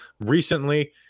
recently